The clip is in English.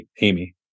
Amy